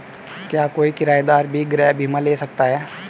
क्या कोई किराएदार भी गृह बीमा ले सकता है?